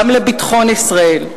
גם לביטחון ישראל.